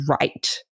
right